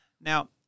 Now